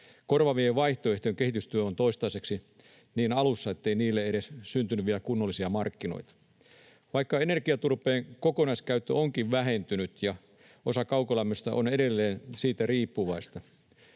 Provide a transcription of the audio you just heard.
Korvaavien vaihtoehtojen kehitystyö on toistaiseksi niin alussa, ettei niille ole edes syntynyt vielä kunnollisia markkinoita. Vaikka energiaturpeen kokonaiskäyttö onkin vähentynyt, osa kaukolämmöstä on edelleen siitä riippuvaista,